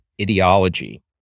Ideology